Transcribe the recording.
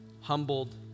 humbled